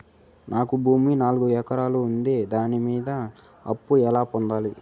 నాకు భూమి నాలుగు ఎకరాలు ఉంది దాని మీద అప్పు ఎలా పొందాలి?